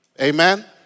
amen